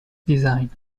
design